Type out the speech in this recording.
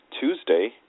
Tuesday